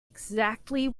exactly